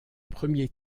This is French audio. premier